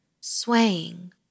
swaying